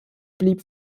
blieb